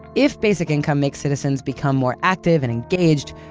if basic income makes citizens become more active and engaged,